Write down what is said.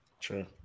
True